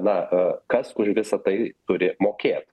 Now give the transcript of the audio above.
na a kas kur visa tai turi mokėt